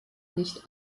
nicht